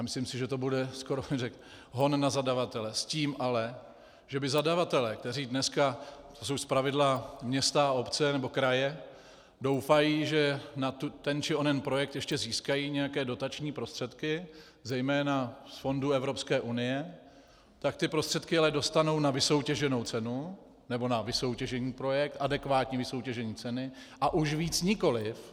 Myslím si, že to bude, skoro bych řekl, hon na zadavatele, s tím ale, že by zadavatelé, kteří dneska, to jsou zpravidla města nebo kraje, doufají, že na ten či onen projekt ještě získají nějaké dotační prostředky, zejména z fondů Evropské unie, tak ty prostředky ale dostanou na vysoutěženou cenu nebo na vysoutěžený projekt, adekvátní vysoutěžení ceny, a už víc nikoliv.